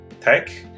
tech